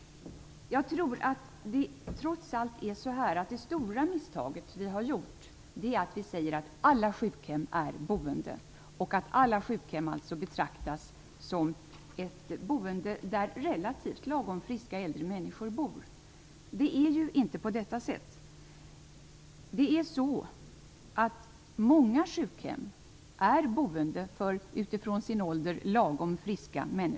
Jag tror trots allt att det stora misstaget vi gjort är att vi säger att alla sjukhem är boenden. De betraktas som boenden där lagom friska äldre människor bor. Men så är det inte alltid. Många sjukhem är visserligen boenden för människor som utifrån sin ålder är lagom friska.